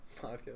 Podcast